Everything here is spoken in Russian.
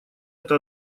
это